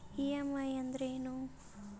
EMI ಅಂದ್ರೇನು?